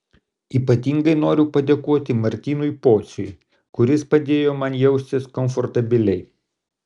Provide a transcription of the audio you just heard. ypatingai noriu padėkoti martynui pociui kuris padėjo man jaustis komfortabiliai